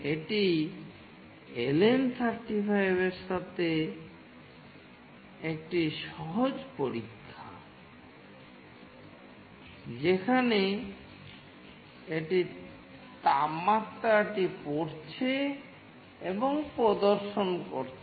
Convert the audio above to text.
এটি LM35 এর সাথে একটি সহজ পরীক্ষা যেখানে এটি তাপমাত্রাটি পড়ছে এবং এটি প্রদর্শন করছে